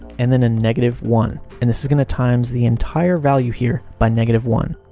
and then a negative one. and this is going to times the entire value here by negative one.